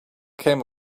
came